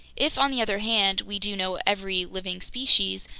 if, on the other hand, we do know every living species,